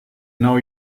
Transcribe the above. know